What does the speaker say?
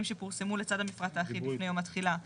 שפורסמו לצד המפרט האחיד לפני יום התחילה".